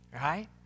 right